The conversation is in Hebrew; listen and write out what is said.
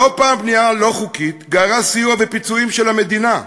לא פעם בנייה לא חוקית גררה סיוע ופיצויים של המדינה.